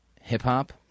hip-hop